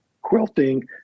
quilting